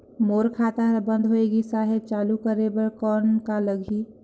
मोर खाता हर बंद होय गिस साहेब चालू करे बार कौन का लगही?